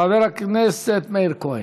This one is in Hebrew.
חבר הכנסת מאיר כהן.